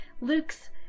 Luke's